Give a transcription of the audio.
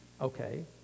Okay